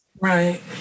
Right